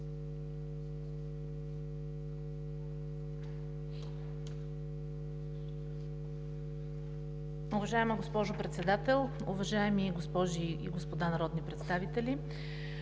Уважаема госпожо Председател, уважаеми госпожи и господа народни представители!